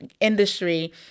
industry